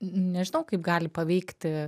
nežinau kaip gali paveikti